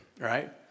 right